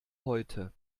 heute